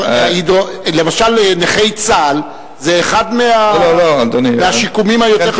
למשל לנכי צה"ל זה אחד מהשיקומים היותר חשובים.